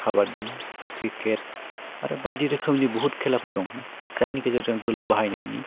खाबादि cricket आरो बायदि रोखोमनि बहुद खेलाफोर दंना जायनि गेजेरजों बोलो बाहायनायनि